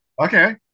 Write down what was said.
Okay